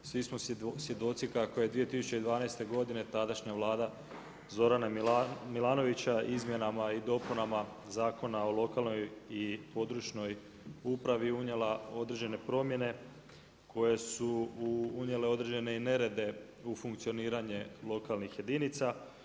Svi smo svjedoci kako je 2012. godine tadašnja Vlada Zorana Milanovića Izmjenama i dopunama Zakona o lokalnoj i područnoj upravi unijela određene promjene koje su unijele određene i nerede u funkcioniranje lokalnih jedinica.